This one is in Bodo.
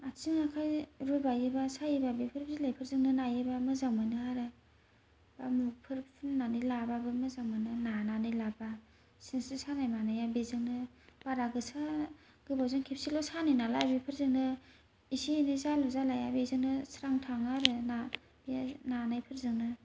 आथिं आखाइ रुवायोबा सायोबा बेफोर बिलाइफोरजों नायोबा मोजां मोनो आरो मुबफोर फुननानै लाबाबो मोजां मोनो नानानै लाबा सिंस्रि सानाय मानाया बेजोंनो बारा गोसा गोबावजों खेबसेल' सानाय नालाय बेफोरजोंनो एसे एनै जालु जालाया बेजोंनो स्रां थाङो आरो नानायफोरजोंनो